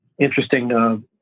interesting